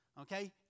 Okay